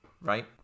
right